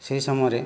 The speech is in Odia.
ସେହି ସମୟରେ